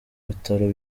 bitaro